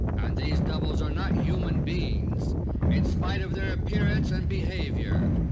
and these doubles are not human beings in spite of their appearance and behavior.